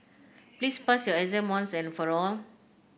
please pass your exam once and for all